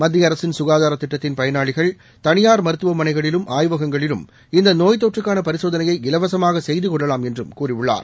மத்தியஅரசின் சுகாதாரதிட்டத்தின் பயனாளிகள் தனியாா் மருத்துவமனைகளிலும் ஆய்வகங்களிலும் இந்தநோய் தொற்றுக்கானபரிசோதனையை இலவசமாகசெய்துகொள்ளவாம் என்றும் கூறியுள்ளார்